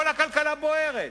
כל הכלכלה בוערת.